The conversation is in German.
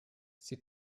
sie